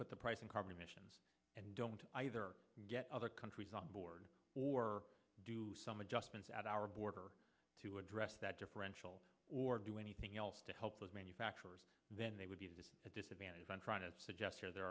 put the price on carbon emissions and don't get other countries on board or do some adjustments at our border to address that differential or do anything else to help those manufacturers then they would be a disadvantage i'm trying to suggest here there